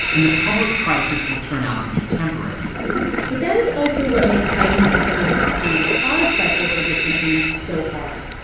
and the public crisis will turn out to be temporary but that is also what makes fighting the economic decline caused by social distancing so hard.